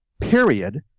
period